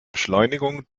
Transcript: beschleunigung